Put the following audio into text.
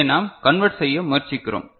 இதை நாம் கன்வெர்ட் செய்ய முயற்சிக்கிறோம்